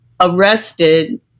arrested